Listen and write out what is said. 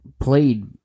played